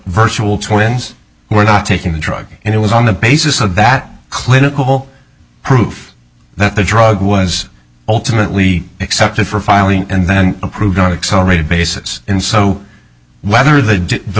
virtual twins were not taking the drug and it was on the basis of that clinical proof that the drug was ultimately accepted for filing and then approved going to accelerate a basis and so whether the